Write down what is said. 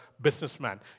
businessman